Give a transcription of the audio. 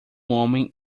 homem